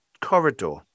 corridor